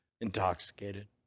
intoxicated